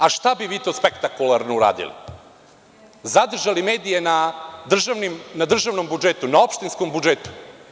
A, šta bi vi to spektakularno uradili, zadržali medije na državnom budžetu, na opštinskom budžetu?